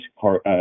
car